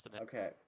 Okay